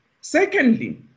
Secondly